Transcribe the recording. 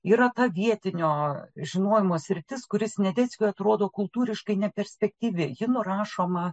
yra ta vietinio žinojimo sritis kuri sniadeckiui atrodo kultūriškai neperspektyvi ji nurašoma